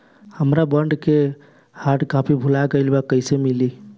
हमार बॉन्ड के hard copy भुला गएलबा त कैसे मिली?